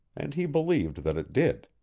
and he believed that it did.